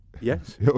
Yes